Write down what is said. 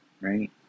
right